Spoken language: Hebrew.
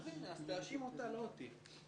אז הנה, אז תאשים אותה, לא אותי.